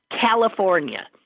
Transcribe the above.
California